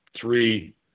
three